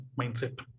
mindset